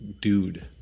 dude